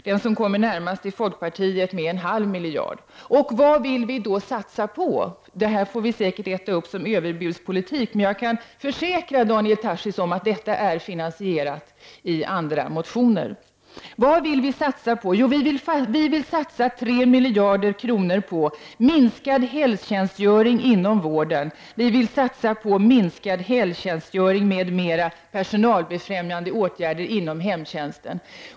Den som kommer närmast är folkpartiet som vill satsa 0,5 miljarder kronor. Vad vill vi då satsa på? Detta får vi säkert äta upp då man från de andra partierna kommer att säga att det är överbudspolitik. Men jag kan försäkra Daniel Tarschys att detta är finansierat i andra motioner. Vad vill vi i vpk satsa på? Jo, vi vill satsa 3 miljarder kronor på minskad helgtjänstgöring inom vården. Vi vill satsa på minskad helgtjänstgöring med flera personalbefrämjande åtgärder inom hemtjänsten.